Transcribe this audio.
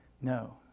No